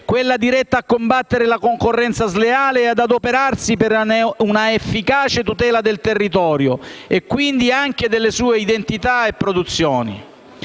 quella diretta a combattere la concorrenza sleale e ad adoperarsi per una efficace tutela del territorio e quindi anche delle sue identità e produzioni.